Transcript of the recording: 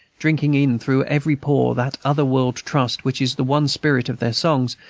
drinking in through every pore that other-world trust which is the one spirit of their songs,